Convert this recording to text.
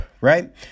right